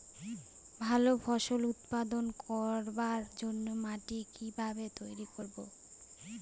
ভালো ফসল উৎপাদন করবার জন্য মাটি কি ভাবে তৈরী করব?